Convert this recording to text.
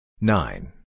Nine